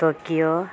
Tokyo